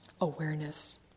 awareness